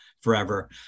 forever